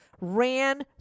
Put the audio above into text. ran